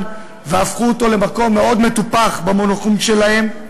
והפכו אותן למקום מאוד מטופח במונחים שלהן,